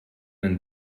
den